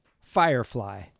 Firefly